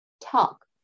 talk